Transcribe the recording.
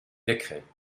décrets